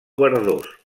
verdós